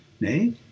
nay